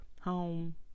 Home